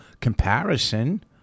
Comparison